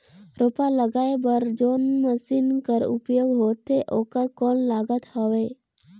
रोपा लगाय बर जोन मशीन कर उपयोग होथे ओकर कौन लागत हवय?